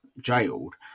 jailed